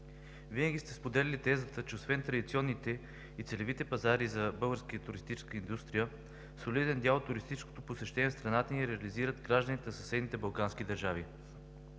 Винаги сте споделяли тезата, че освен традиционните и целевите пазари за българската туристическа индустрия солиден дял от туристическото посещение в страната ни реализират гражданите на съседните балкански държави.